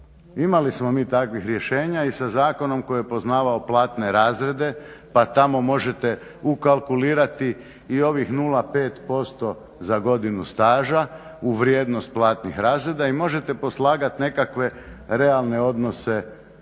Imali smo mi takvih rješenja i sa zakonom koji je poznavao platne razrede pa tamo možete ukalkulirati i ovih 0,5% za godinu staža u vrijednost platnih razreda i možete poslagati nekakve realne odnose